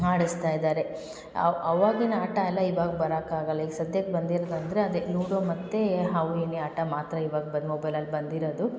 ಆಡಿಸ್ತಾಯಿದ್ದಾರೆ ಅವ ಅವಾಗಿನ ಆಟ ಎಲ್ಲ ಇವಾಗ ಬರಕ್ಕಾಗಲ್ಲ ಈಗ ಸದ್ಯಕ್ಕೆ ಬಂದಿರೋದು ಅಂದರೆ ಅದೇ ಲೂಡೊ ಮತ್ತು ಹಾವು ಏಣಿ ಆಟ ಮಾತ್ರ ಇವಾಗ ಬಂದು ಮೊಬೈಲಲ್ಲಿ ಬಂದಿರೋದು